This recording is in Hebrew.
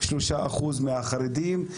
3% מהחרדים.